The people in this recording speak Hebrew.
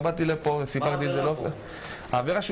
גם אני ליוויתי הרבה מאוד מבוגרים לתחנות משטרה וגם ישבתי איתם בחדר.